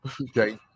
Okay